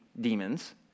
demons